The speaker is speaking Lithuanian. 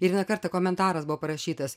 ir ne kartą komentaras buvo parašytas